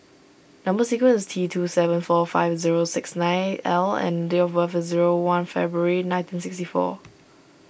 Number Sequence is T two seven four five zero six nine L and date of birth is zero one February nineteen sixty four